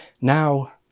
Now